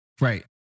Right